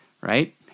right